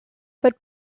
but